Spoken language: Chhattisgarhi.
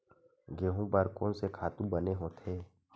गेहूं बर कोन से खातु बने होथे?